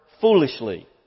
foolishly